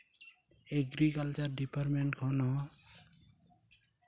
agriculture department ᱠᱷᱚᱱ ᱦᱚᱸ